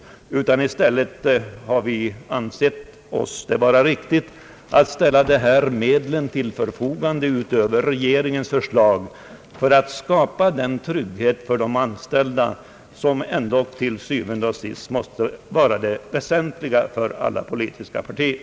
Vi har i stället ansett det vara riktigt att ställa dessa medel till förfogande utöver regeringens förslag för att skapa den trygghet för de anställda som til syvende og sidst ändå måste vara det väsentliga för alla politiska partier.